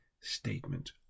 statement